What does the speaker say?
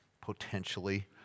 potentially